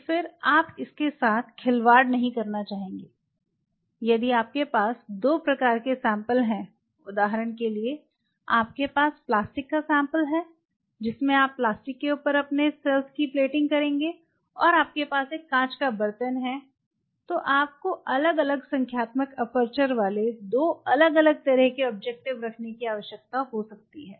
तो फिर से आप इसके साथ खिलवाड़ नहीं करना चाहेंगे यदि आपके पास दो प्रकार के सैंपल हैं उदाहरण के लिए आपके पास प्लास्टिक का सैंपल है जिसमें आप प्लास्टिक के ऊपर अपने सेल्स की प्लेटिंग करेंगे और आपके पास एक कांच का बर्तन है तो आपको अलग अलग संख्यात्मक एपर्चर वाले दो अलग अलग तरह के ऑब्जेक्टिव रखने की आवश्यकता हो सकती है